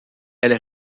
elle